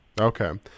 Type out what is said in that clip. Okay